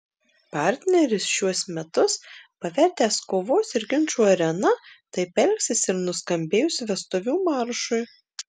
partneris šiuos metus pavertęs kovos ir ginčų arena taip elgsis ir nuskambėjus vestuvių maršui